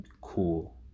cool